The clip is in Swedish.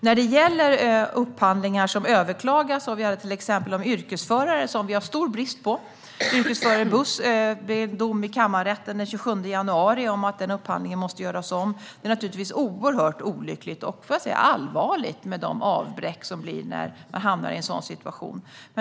När det gäller upphandlingar som överklagas, till exempel som gäller yrkesförare som vi har stor brist på, kom det en dom i Kammarrätten den 27 januari om att en upphandling om yrkesförare som kör buss måste göras om. Det är naturligtvis oerhört olyckligt och allvarligt med de avbräck som blir när man hamnar i en sådan situation.